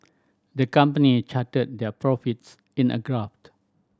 the company charted their profits in a graph